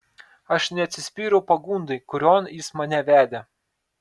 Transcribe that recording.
aš neatsispyriau pagundai kurion jis mane vedė